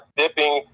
dipping